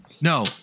No